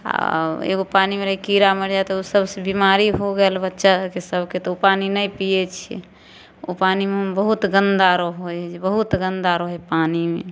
आओर एगो पानीमे रहै कीड़ा मरि जाए तऽ ओ सबसे बेमारी हो गेल बच्चासभकेँ तऽ ओ पानी नहि पिए छिए ओ पानी बहुत गन्दा रहै हइ जे बहुत गन्दा रहै पानीमे